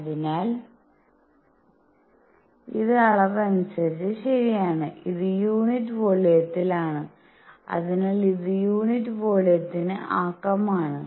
അതിനാൽ ഇത് അളവനുസരിച്ച് ശരിയാണ് ഇത് യൂണിറ്റ് വോള്യത്തിലാണ് അതിനാൽ ഇത് യൂണിറ്റ് വോളിയത്തിന് ആക്കം ആണ്